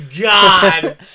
god